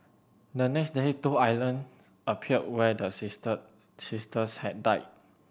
the next day two island appeared where the sister sisters had died